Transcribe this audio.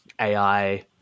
AI